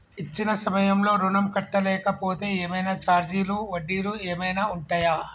ఇచ్చిన సమయంలో ఋణం కట్టలేకపోతే ఏమైనా ఛార్జీలు వడ్డీలు ఏమైనా ఉంటయా?